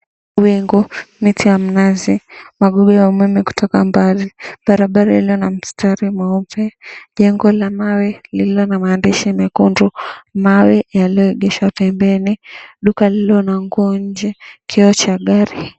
Miti ya minazi. Magugu ya umeme kutoka mbali. Barabara iliyo na mistari mweupe. Jengo la mawe iliyo na maandishi mwekundu. Mawe yaliyoegeshwa pembeni duka liililo na nguo nje kioo cha gari.